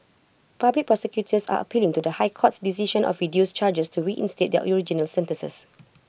public prosecutors are appealing to the high court's decision of reduced charges to reinstate their original sentences